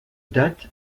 date